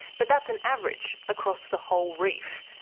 but that's an average across the whole reef.